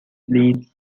leeds